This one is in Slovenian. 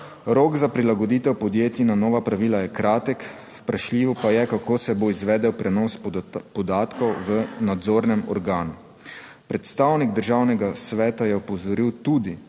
Rok za prilagoditev podjetij na nova pravila je kratek. Vprašljivo pa je, kako se bo izvedel prenos podatkov v nadzornem organu. Predstavnik Državnega sveta je opozoril tudi,